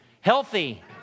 Healthy